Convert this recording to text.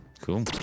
Cool